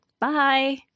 Bye